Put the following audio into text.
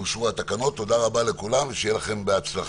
תודה רבה לכולם ושיהיה לכם בהצלחה.